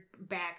back